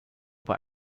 bei